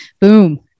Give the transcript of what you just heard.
Boom